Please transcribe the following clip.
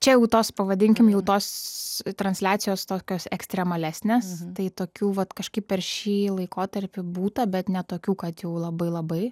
čia jau tos pavadinkim jau tos transliacijos tokios ekstremalesnės tai tokių vat kažkaip per šį laikotarpį būta bet ne tokių kad jau labai labai